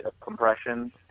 compression